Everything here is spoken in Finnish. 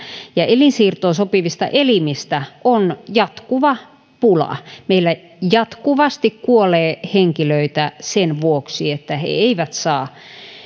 ja elinsiirtoon sopivista elimistä on jatkuva pula meillä jatkuvasti kuolee henkilöitä sen vuoksi että he eivät